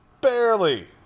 barely